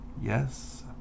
yes